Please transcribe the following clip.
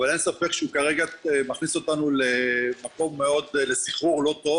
אבל אין ספק שהוא כרגע מכניס אותנו לסחרור לא טוב.